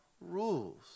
rules